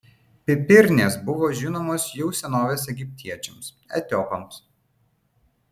pipirnės buvo žinomos jau senovės egiptiečiams etiopams